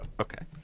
Okay